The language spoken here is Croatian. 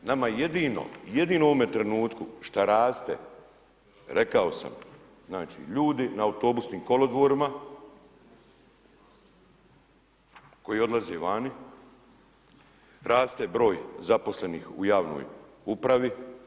Nama jedino u ovome trenutku što raste, rekao sam, znači ljudi na autobusnim kolodvorima koji odlaze vani, raste broj zaposlenih u javnoj upravi.